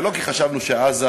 ולא כי חשבנו שעזה,